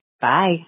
Bye